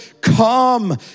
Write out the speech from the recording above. come